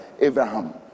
Abraham